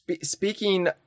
Speaking